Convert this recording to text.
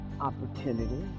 opportunity